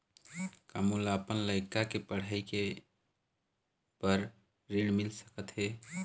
का मोला अपन लइका के पढ़ई के बर ऋण मिल सकत हे?